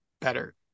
better